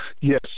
Yes